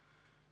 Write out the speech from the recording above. רבה.